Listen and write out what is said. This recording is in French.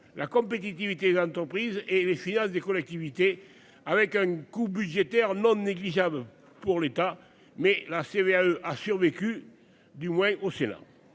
la compétitivité de l'entreprise et les finances des collectivités avec un coût budgétaire non négligeable pour l'État mais la CVAE a survécu, du moins au Sénat.